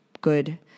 good